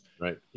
right